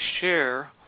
share